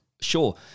Sure